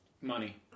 Money